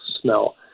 smell